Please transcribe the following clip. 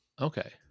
Okay